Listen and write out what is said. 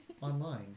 Online